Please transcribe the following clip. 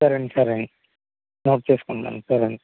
సరేండి సరేండి నోట్ చేసుకుంటాను సరేండి